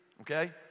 okay